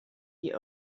die